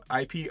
IP